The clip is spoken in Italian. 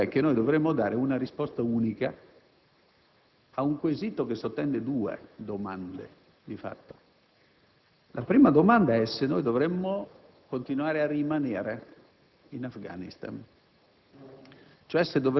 Il guaio è che noi dovremmo dare una risposta unica ad un quesito che, di fatto, sottende due domande. La prima domanda è se noi dovremmo continuare a rimanere in Afghanistan,